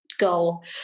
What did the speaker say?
goal